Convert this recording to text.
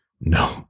No